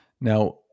Now